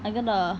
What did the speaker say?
I gonna